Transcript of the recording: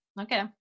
okay